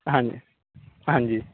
ਹਾਂਜੀ ਹਾਂਜੀ